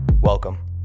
Welcome